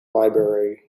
library